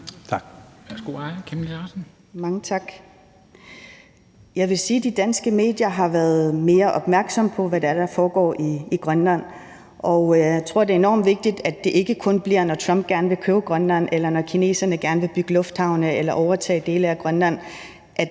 Aaja Chemnitz Larsen (IA): Mange tak. Jeg vil sige, at de danske medier har været mere opmærksomme på, hvad det er, der foregår i Grønland, og jeg tror, det er enormt vigtigt, at det ikke kun er, når Trump gerne vil købe Grønland, eller når kineserne gerne vil bygge lufthavne eller overtage dele af Grønland, at